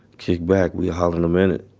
kickback. we holla in a minute.